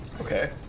Okay